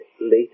Later